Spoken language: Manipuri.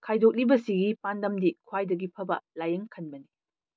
ꯈꯥꯏꯗꯣꯛꯂꯤꯕꯁꯤꯒꯤ ꯄꯥꯟꯗꯝꯗꯤ ꯈ꯭ꯋꯥꯏꯗꯒꯤ ꯐꯕ ꯂꯥꯏꯌꯦꯡ ꯈꯟꯕꯅꯤ